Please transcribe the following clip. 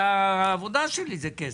העבודה שלי זה כסף,